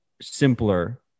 simpler